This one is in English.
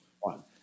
One